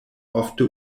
ofte